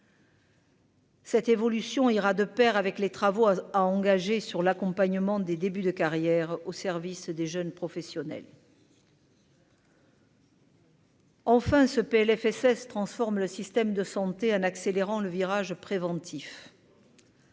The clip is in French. Cette évolution ira de Pair avec les travaux à engager sur l'accompagnement des débuts de carrière au service des jeunes professionnels. Enfin, ce Plfss transforme le système de santé en accélérant le virage préventif.